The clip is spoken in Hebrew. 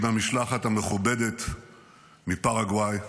עם המשלחת המכובדת מפרגוואי,